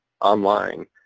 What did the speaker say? online